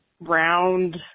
round